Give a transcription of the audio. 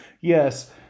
Yes